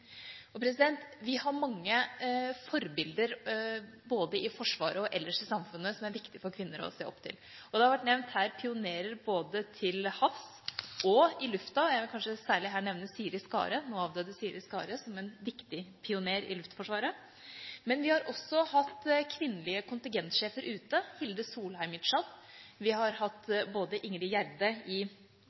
Vi har mange forbilder både i Forsvaret og ellers i samfunnet som er viktig for kvinner å se opp til. Det har vært nevnt her pionerer både til havs og i lufta. Jeg vil kanskje her særlig nevne nå avdøde Siri Skare som en viktig pioner i Luftforsvaret. Men vi har også hatt kvinnelige kontingentsjefer ute, som Hilde Solheim i Tsjad, og vi har hatt Ingrid Gjerde i